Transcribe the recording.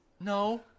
No